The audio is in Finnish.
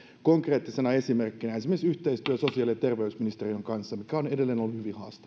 konkreettisena esimerkkinä esimerkiksi yhteistyö sosiaali ja terveysministeriön kanssa mikä on